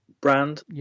brand